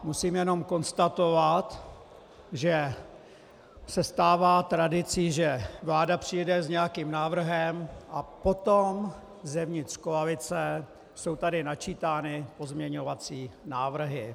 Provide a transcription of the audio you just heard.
Musím jenom konstatovat, že se stává tradicí, že vláda přijde s nějakým návrhem a potom zevnitř koalice jsou tady načítány pozměňovací návrhy.